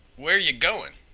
where yeh goin'?